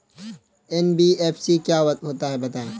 NBFC क्या होता है बताएँ?